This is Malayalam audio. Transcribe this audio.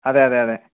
അതെ അതെ അതെ